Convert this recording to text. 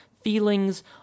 feelings